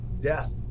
death